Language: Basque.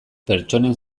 pertsonen